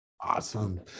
Awesome